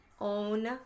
own